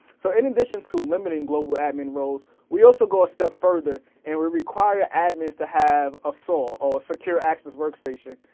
so in addition to limiting global admin roles, we also go a step further and we require the admins to have a saw, or a secure access workstation.